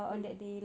mm mm